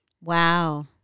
Wow